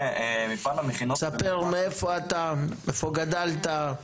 תספר מאיפה אתה, איפה גדלת?